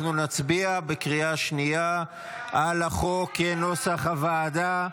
אנחנו נצביע בקריאה השנייה על החוק כנוסח הוועדה.